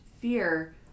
fear